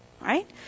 Right